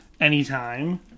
anytime